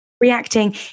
reacting